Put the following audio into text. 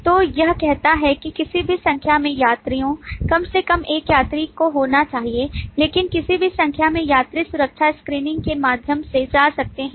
तो यह कहता है कि किसी भी संख्या में यात्रियों कम से कम एक यात्री को होना है लेकिन किसी भी संख्या में यात्री सुरक्षा स्क्रीनिंग के माध्यम से जा सकते हैं